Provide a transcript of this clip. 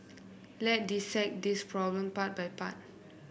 let dissect this problem part by part